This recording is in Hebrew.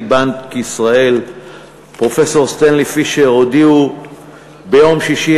בנק ישראל פרופסור סטנלי פישר הודיעו ביום שישי,